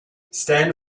stand